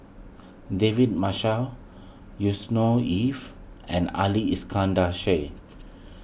David Marshall Yusnor Ef and Ali Iskandar Shah